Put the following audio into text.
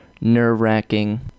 nerve-wracking